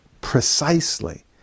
precisely